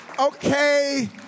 Okay